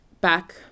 back